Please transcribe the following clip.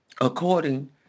according